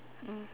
mm